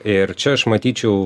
ir čia aš matyčiau